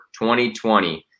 2020